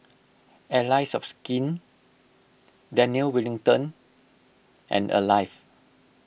Allies of Skin Daniel Wellington and Alive